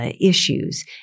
issues